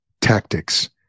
tactics